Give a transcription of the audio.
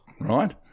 Right